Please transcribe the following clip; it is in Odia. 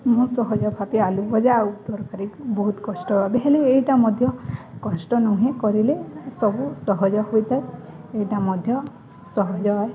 ମୁଁ ସହଜ ଭାବେ ଆଳୁ ଭଜା ଆଉ ତରକାରୀକୁ ବହୁତ କଷ୍ଟ ଭାବେ ହେଲେ ଏଇଟା ମଧ୍ୟ କଷ୍ଟ ନୁହେଁ କରିଲେ ସବୁ ସହଜ ହୋଇଥାଏ ଏଇଟା ମଧ୍ୟ ସହଜ ହୁଏ